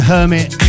Hermit